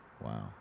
Wow